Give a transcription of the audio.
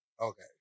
Okay